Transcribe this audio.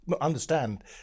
understand